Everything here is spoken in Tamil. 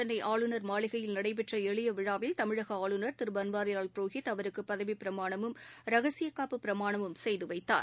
சென்னை ஆளுநர் மாளிகையில் நடைபெற்ற எளிய விழாவில் தமிழக ஆளுநர் திரு பள்வாரிலால் புரோஹித் அவருக்கு பதவிப் பிரமாணமும் ரகசியக் காப்பு பிரமாணமும் செய்து வைத்தார்